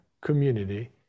community